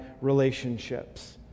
relationships